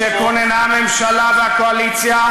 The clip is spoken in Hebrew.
כשכוננו הממשלה והקואליציה,